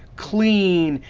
clean,